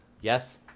Yes